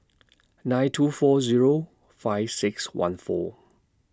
nine two four Zero five six one four